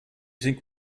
think